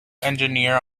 engineer